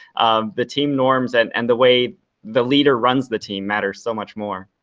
um the team norms and and the way the leader runs the team matter so much more.